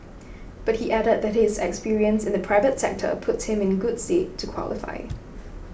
but he added that his experience in the private sector puts him in good stead to qualify